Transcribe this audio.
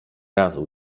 razu